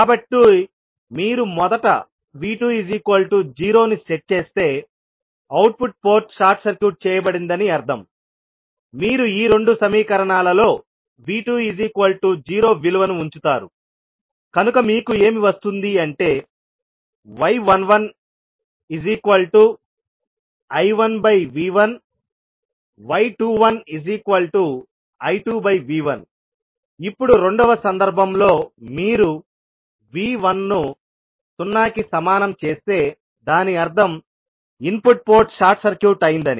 కాబట్టి మీరు మొదట V20 ను సెట్ చేస్తే అవుట్పుట్ పోర్ట్ షార్ట్ సర్క్యూట్ చేయబడిందని అర్థంమీరు ఈ రెండు సమీకరణాలలో V20 విలువను ఉంచుతారు కనుక మీకు ఏమి వస్తుంది అంటే y11I1V1y21I2V1 ఇప్పుడు రెండవ సందర్భంలో మీరు V1 ను 0 కి సమానం చేస్తే దాని అర్థం ఇన్పుట్ పోర్ట్ షార్ట్ సర్క్యూట్ అయిందని